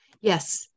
Yes